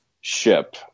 ship